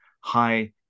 high